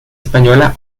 española